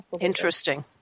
Interesting